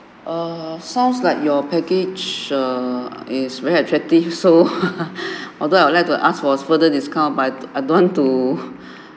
err sounds like your package err is very attractive so although I would like to ask for further discount but I don't want to